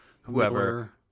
whoever